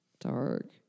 dark